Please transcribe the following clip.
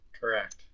Correct